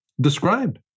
described